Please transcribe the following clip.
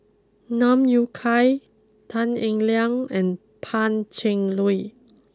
Yui Kai Tan Eng Liang and Pan Cheng Lui